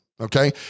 Okay